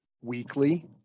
weekly